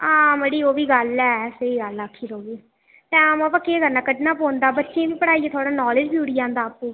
हां मड़ी ओह् बी गल्ल ऐ स्हेई गल्ल आक्खी तूं बी टैम अवा केह् करना कड्ढना पौंदा बच्चें ई बी पढ़ाइयै थोह्ड़ा नालेज बी जुड़ी जंदा आपूं